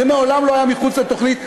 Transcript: זה מעולם לא היה מחוץ לתוכנית.